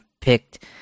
picked